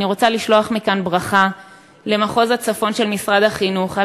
אני רוצה לשלוח מכאן ברכה למחוז הצפון של משרד החינוך על